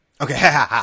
Okay